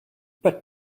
but